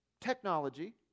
technology